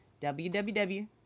WWW